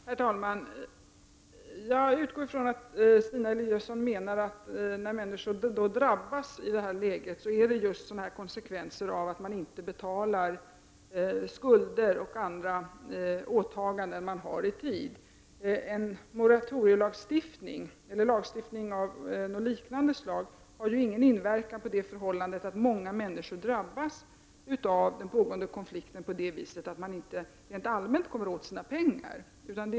Herr talman! Jag utgår från att Stina Eliasson menar att det som människor drabbas av i detta läge är just konsekvenserna av att de inte betalar skulder och sköter andra åtaganden i tid. En moratorielag eller någon annan liknande lag har inte någon inverkan på det förhållandet att många människor drabbas av den pågående konflikten på grund av att de inte rent allmänt kommer åt sina pengar.